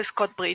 בסקוטברידג',